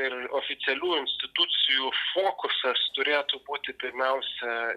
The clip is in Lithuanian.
ir oficialių institucijų fokusas turėtų būti pirmiausia